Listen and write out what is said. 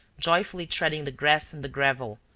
joyfully treading the grass and the gravel,